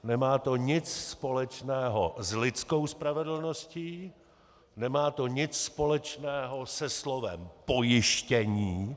Nemá to nic společného s lidskou spravedlností, nemá to nic společného se slovem pojištění.